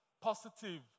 positive